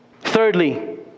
Thirdly